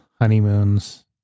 honeymoons